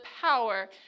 power